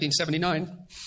1979